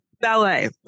Ballet